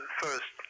first